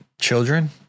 children